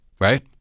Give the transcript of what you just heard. Right